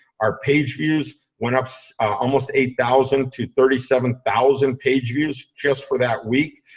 our page views went up almost eight thousand to thirty seven thousand, page views just for that wee.